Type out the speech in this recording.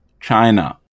China